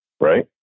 right